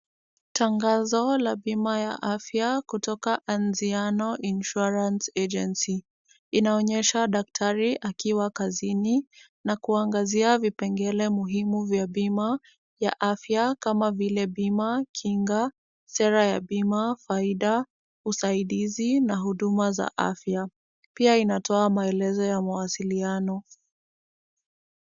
Tangazo la bima ya afya kutoka anziano insurance agency inaonyesha daktari akiwa kasini na kuangasia vipengele muhimu vya bima ya afya kama vile bima, kinga sera ya bima faida usaidisi na huduma za afya pia inatoa maelezo ya mawasiliano